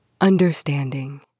understanding